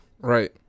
Right